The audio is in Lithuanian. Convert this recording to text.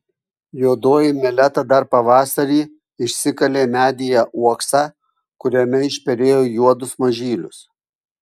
juodoji meleta dar pavasarį išsikalė medyje uoksą kuriame išperėjo juodus mažylius